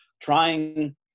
trying